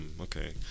okay